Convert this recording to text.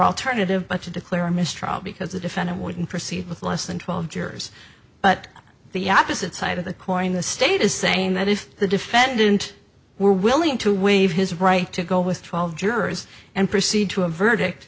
alternative but to declare a mistrial because the defendant wouldn't proceed with less than twelve jurors but the opposite side of the coin the state is saying that if the defendant were willing to waive his right to go with twelve jurors and proceed to a verdict